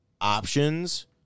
options